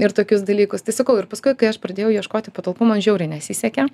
ir tokius dalykus tai sakau ir paskui kai aš pradėjau ieškoti patalpų man žiauriai nesisekė